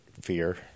fear